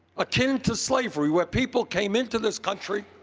akin to slavery, where people came into this country